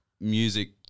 music